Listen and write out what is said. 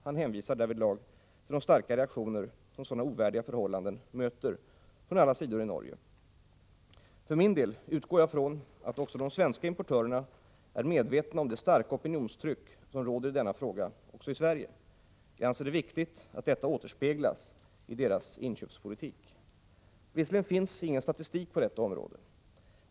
Han hänvisar därvidlag till de starka reaktioner som sådana ovärdiga förhållanden möter från alla sidor i Norge. För min del utgår jag från att även svenska importörer är medvetna om det starka opinionstryck som råder i denna fråga också i Sverige. Jag anser att det är viktigt att detta återspeglas i deras inköpspolitik. Visserligen finns ingen statistik på detta område.